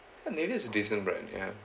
Nivea is a decent brand ya